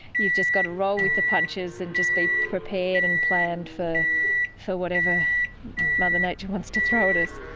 you've just got to roll with the punches, and just be prepared and plan for for whatever mother nature wants to throw at us.